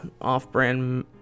off-brand